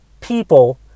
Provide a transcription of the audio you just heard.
people